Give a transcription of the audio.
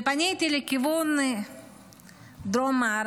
ופניתי לכיוון דרום-מערב,